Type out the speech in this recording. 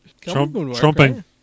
Trumping